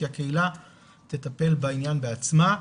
כי הקהילה תטפל בעניין בעצמה.